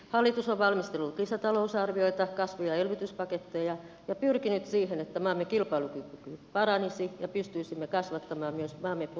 hallitus on valmistellut lisätalousarvioita ja kasvu ja elvytyspaketteja ja pyrkinyt siihen että maamme kilpailukyky paranisi ja pystyisimme kasvattamaan myös maamme bruttokansantuotetta